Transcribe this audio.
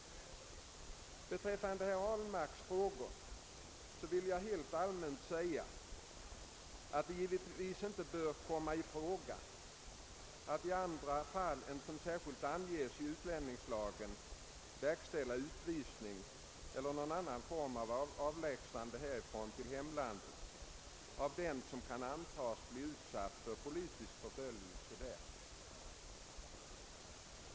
Beträffande herr Ahlmarks frågor vill jag helt allmänt säga att det givetvis inte bör komma i fråga att i andra fall än som särskilt anges i utlänningslagen verkställa utvisning eller någon annan form av avlägsnande härifrån till hemlandet av den som kan antas bli utsatt för politisk förföljelse där.